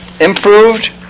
improved